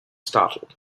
startled